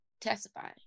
testify